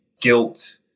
guilt